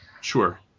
Sure